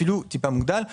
אפילו מוגדל במקצת.